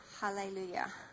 Hallelujah